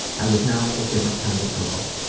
i was now a different kind of girl.